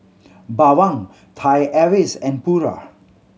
Bawang Thai Airways and Pura